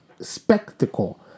spectacle